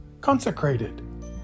consecrated